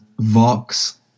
Vox